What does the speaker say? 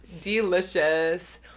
Delicious